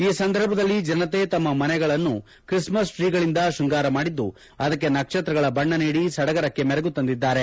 ಈ ಸಂದರ್ಭದಲ್ಲಿ ಜನತೆ ತಮ್ಮ ಮನೆಗಳಲ್ಲಿ ಕ್ರಿಸ್ಮಸ್ ಟ್ರೀಗಳಿಂದ ಶ್ವಂಗಾರ ಮಾಡಿದ್ದು ಅದಕ್ಕೆ ನಕ್ಷತ್ರಗಳ ಬಣ್ಣ ನೀಡಿ ಸಡಗರಕ್ಕೆ ಮೆರುಗು ತಂದಿದ್ದಾರೆ